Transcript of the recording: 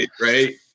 Right